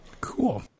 Cool